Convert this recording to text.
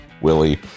Willie